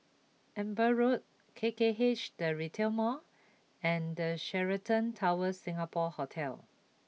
Amber Road K K H the Retail Mall and Sheraton Towers Singapore Hotel